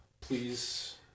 please